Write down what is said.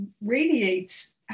radiates